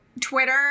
Twitter